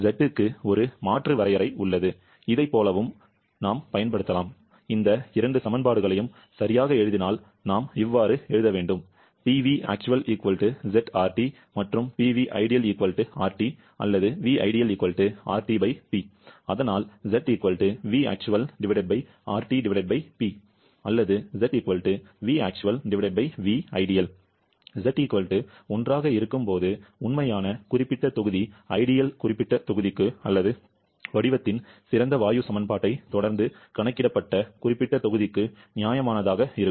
Z க்கு ஒரு மாற்று வரையறை உள்ளது இதைப் போலவும் நாம் பயன்படுத்தலாம் இந்த இரண்டு சமன்பாடுகளையும் சரியாக எழுதினால் நாம் எழுத வேண்டும் மற்றும் அல்லது அதனால் அல்லது Z 1 ஆக இருக்கும்போது உண்மையான குறிப்பிட்ட தொகுதி ஐடியல் குறிப்பிட்ட தொகுதிக்கு அல்லது வடிவத்தின் சிறந்த வாயு சமன்பாட்டைத் தொடர்ந்து கணக்கிடப்பட்ட குறிப்பிட்ட தொகுதிக்கு நியாயமானதாக இருக்கும்